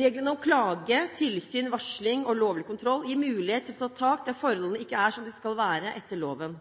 Reglene om klage, tilsyn, varsling og lovlig kontroll gir muligheten til å ta tak der forholdene ikke er som de skal være etter loven.